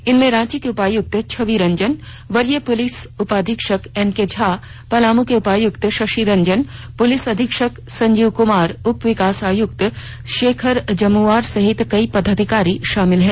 इनमें रांची के उपायुक्त छवि रंजन वरीय पुलिस उपाधीक्षक एसके झा पलामू के उपायुक्त शशिरंजन पुलिस अधीक्षक संजीव कुमार उप विकास आयुक्त शेखर जमुआर सहित कई पदाधिकारी शामिल हैं